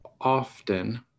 often